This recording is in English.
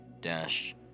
dash